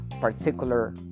particular